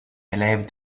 élève